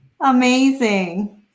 Amazing